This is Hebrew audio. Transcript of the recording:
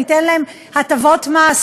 ניתן להם הטבות מס,